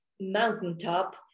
mountaintop